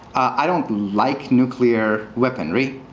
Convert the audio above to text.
i don't like nuclear weaponry.